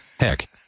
Heck